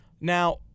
now